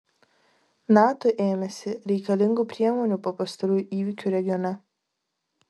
nato ėmėsi reikalingų priemonių po pastarųjų įvykių regione